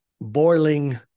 boiling